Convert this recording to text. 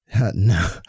No